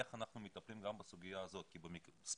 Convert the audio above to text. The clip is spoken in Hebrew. איך אנחנו מטפלים גם בסוגיה הזאת כי ספציפית